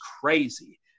crazy